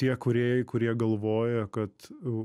tie kūrėjai kurie galvoja kad u